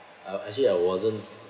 uh actually I wasn't